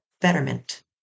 betterment